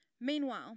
Meanwhile